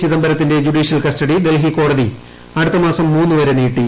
ചിദംബരത്തിന്റെ judicial custody Delhi കോടതി അടുത്തമാസം മൂന്ന് വരെ നീട്ടി